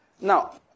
Now